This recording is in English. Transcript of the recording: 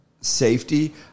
safety